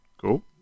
Cool